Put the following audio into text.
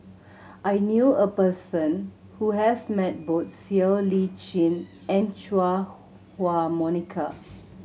I knew a person who has met both Siow Lee Chin and Chua Huwa Monica